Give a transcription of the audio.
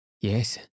Yes